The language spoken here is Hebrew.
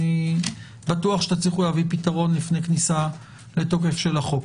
אני בטוח שתצליחו להביא פתרון לפני כניסה לתוקף של החוק.